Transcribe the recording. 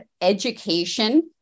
education